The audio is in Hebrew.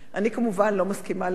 אני כמובן לא מסכימה לזה,